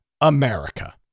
America